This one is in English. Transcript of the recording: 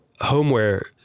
homeware